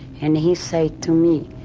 and he say to me,